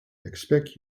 expect